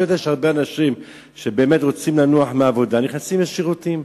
אני יודע שהרבה אנשים שבאמת רוצים לנוח מהעבודה נכנסים לשירותים,